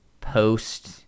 post